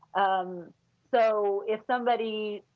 um so if somebody,